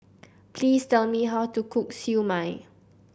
please tell me how to cook Siew Mai